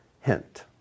Hint